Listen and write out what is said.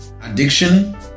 addiction